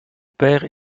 père